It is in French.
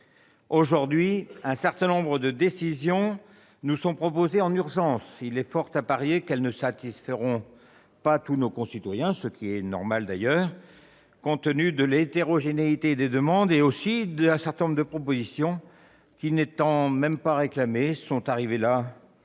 Aujourd'hui, un certain nombre de décisions nous sont proposées en urgence. Il y a fort à parier qu'elles ne satisferont pas tous nos concitoyens, ce qui est normal compte tenu de l'hétérogénéité des demandes. En outre, un certain nombre de mesures que nul n'avait réclamées sont maintenant